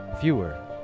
Fewer